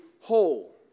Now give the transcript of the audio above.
whole